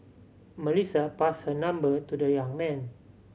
Melissa passed her number to the young man